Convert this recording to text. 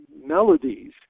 melodies